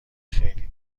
خیلی